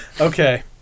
okay